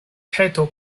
peto